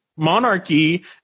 monarchy